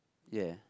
ya